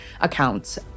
accounts